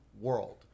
world